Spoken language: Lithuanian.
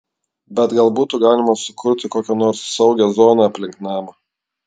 bet gal būtų galima sukurti kokią nors saugią zoną aplink namą